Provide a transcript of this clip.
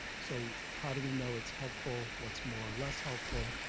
so how do we know it's helpful. what's more or less helpful